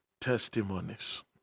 testimonies